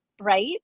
right